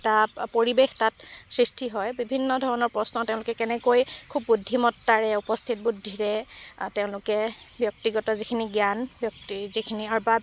এটা পৰিৱেশ তাত সৃষ্টি হয় বিভিন্ন ধৰণৰ প্ৰশ্ন তেওঁলোকে কেনেকৈ খুব বুদ্ধিমত্তাৰে উপস্থিত বুদ্ধিৰে তেওঁলোকে ব্যক্তিগত যিখিনি জ্ঞান ব্যক্তি যিখিনি